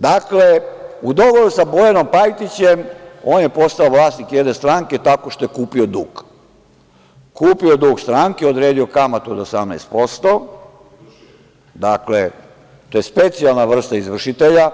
Dakle, u dogovoru sa Bojanom Pajtićem on je postao vlasnik jedne stranke tako što je kupio dug, kupio dug stranke, odredio kamatu od 18%, to je specijalna vrsta kamate izvršitelja